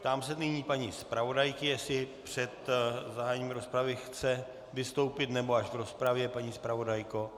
Ptám se nyní paní zpravodajky, jestli před zahájením rozpravy chce vystoupit, nebo až v rozpravě, paní zpravodajko?